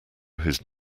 whose